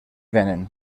vénen